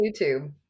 youtube